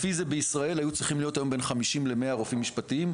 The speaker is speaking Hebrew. לפי זה בישראל היו צריכים להיות היום בין 50 ל-100 רופאים משפטיים.